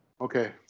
Okay